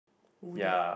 who that